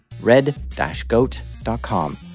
red-goat.com